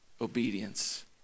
obedience